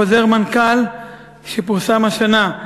בחוזר מנכ"ל שפורסם השנה,